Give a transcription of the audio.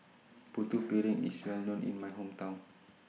Putu Piring IS Well known in My Hometown